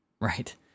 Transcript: Right